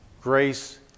Grace